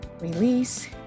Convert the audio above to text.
release